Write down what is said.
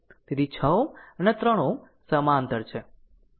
તેથી 6 Ω અને 3 Ω સમાંતર છે